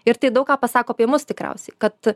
ir tai daug ką pasako apie mus tikriausiai kad